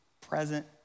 present